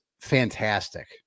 fantastic